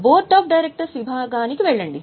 board of directors విభాగానికి వెళ్లండి